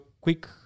quick